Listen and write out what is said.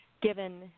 given